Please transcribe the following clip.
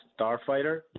Starfighter